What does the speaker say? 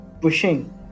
pushing